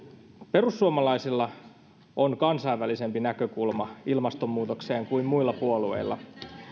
perussuomalaisilla on kansainvälisempi näkökulma ilmastonmuutokseen kuin muilla puolueilla